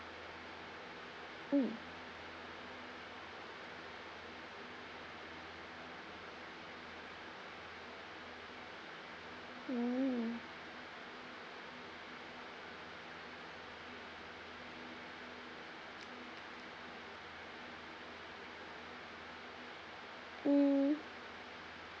mm mm mm